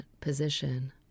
position